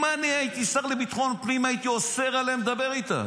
אם אני הייתי שר לביטחון פנים הייתי אוסר עליהם לדבר איתה.